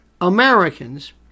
Americans